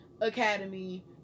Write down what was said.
academy